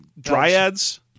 dryads